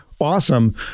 awesome